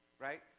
right